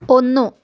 ഒന്നു